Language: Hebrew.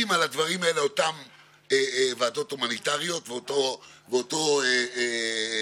במסגרת טיוטת הצו של שר האוצר,